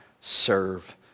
serve